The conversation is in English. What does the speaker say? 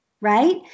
right